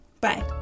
Bye